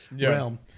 realm